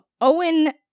Owen